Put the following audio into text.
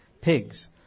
Pigs